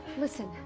listen,